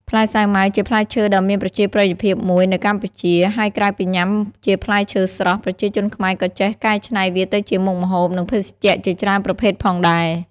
ផ្លែសាវម៉ាវ ជាផ្លែឈើដ៏មានប្រជាប្រិយភាពមួយនៅកម្ពុជា ហើយក្រៅពីញ៉ាំជាផ្លែឈើស្រស់ ប្រជាជនខ្មែរក៏ចេះកែច្នៃវាទៅជាមុខម្ហូប និងភេសជ្ជៈជាច្រើនប្រភេទផងដែរ។